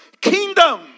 kingdom